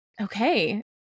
okay